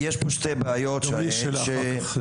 יש פה שתי בעיות בהקשר הזה.